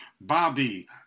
Bobby